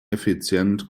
effizienz